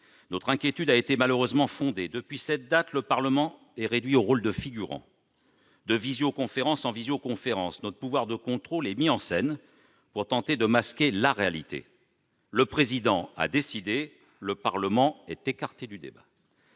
Notre inquiétude était malheureusement fondée : depuis cette date, le Parlement est réduit au rôle de figurant. De visioconférence en visioconférence, notre pouvoir de contrôle est mis en scène pour tenter de masquer la réalité : le Président a décidé, le Parlement est écarté du débat.